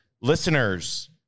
listeners